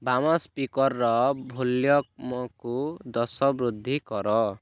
ବାମ ସ୍ପିକର୍ର ଭଲ୍ୟୁମ୍କୁ ଦଶ ବୃଦ୍ଧି କର